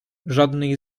żadnej